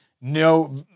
No